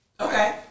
Okay